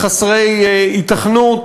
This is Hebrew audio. וחסרי היתכנות,